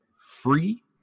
free